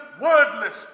wordless